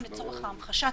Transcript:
סתם לצורך ההמחשה,